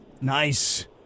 Nice